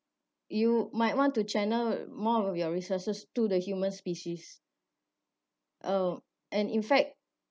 you might want to channel more of your resources to the human species uh and in fact